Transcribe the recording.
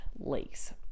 lakes